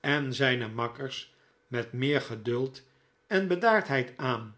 en zijne makkers met meer geduld en bedaardheid aan